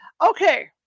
Okay